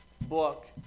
book